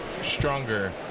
stronger